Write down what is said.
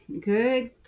good